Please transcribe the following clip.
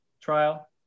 trial